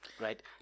right